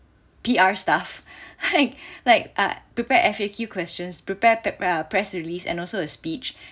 P_R stuff !hais! like I prepared F_A_Q questions prepare prepare press release and also a speech